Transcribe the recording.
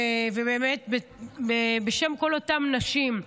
ובאמת, בשם כל אותן נשים.